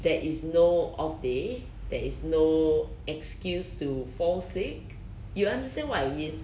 there is no off day there is no excuse to fall sick you understand what I mean